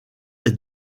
est